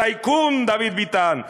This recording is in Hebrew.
טייקון דוד ביטן,